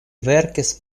verkis